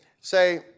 say